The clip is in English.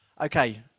Okay